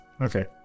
Okay